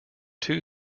two